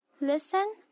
Listen